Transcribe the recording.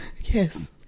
Yes